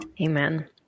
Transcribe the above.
amen